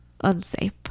Unsafe